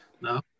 no